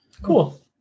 Cool